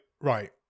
right